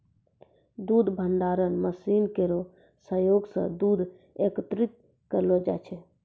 दूध भंडारण मसीन केरो सहयोग सें दूध एकत्रित करलो जाय छै